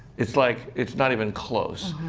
it's like, it's not even close.